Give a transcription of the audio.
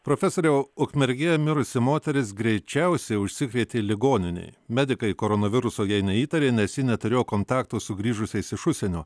profesoriau ukmergėje mirusi moteris greičiausiai užsikrėtė ligoninėj medikai koronaviruso jai neįtarė nes ji neturėjo kontakto su grįžusiais iš užsienio